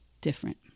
different